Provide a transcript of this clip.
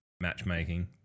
matchmaking